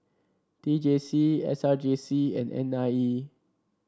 T J C S R J C and N I E